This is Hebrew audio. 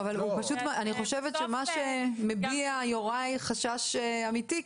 אבל אני חושבת שמה שמביע יוראי זה חשש אמיתי.